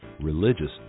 religious